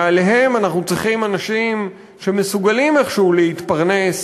מעליהם אנחנו צריכים אנשים שמסוגלים איכשהו להתפרנס